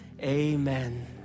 amen